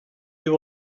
you